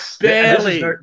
Barely